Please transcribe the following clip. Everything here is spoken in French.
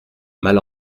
mal